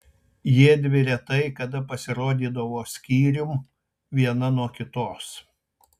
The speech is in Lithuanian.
jiedvi retai kada pasirodydavo skyrium viena nuo kitos